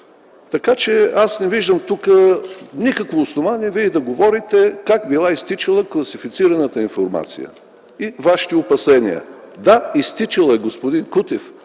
Така че аз не виждам тук никакво основание вие да говорите как е била изтичала класифицираната информация. И вашите опасения – да, изтичала е, господин Кутев.